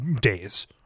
days